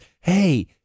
Hey